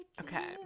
Okay